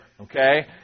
Okay